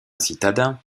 citadin